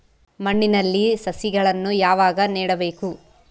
ಮಣ್ಣಿನಲ್ಲಿ ಸಸಿಗಳನ್ನು ಯಾವಾಗ ನೆಡಬೇಕು?